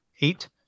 eight